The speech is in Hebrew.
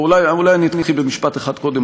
אולי אני אתחיל במשפט אחד קודם,